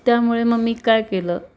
त्यामुळे मग मी काय केलं